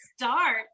start